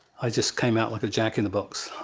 i just came out like a jack in the box,